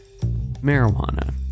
marijuana